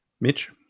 Mitch